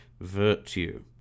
virtue